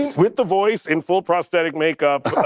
with the voice in full prosthetic makeup.